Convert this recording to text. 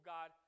God